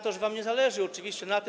Tego, że wam nie zależy oczywiście na tym.